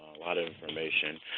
a lot of information,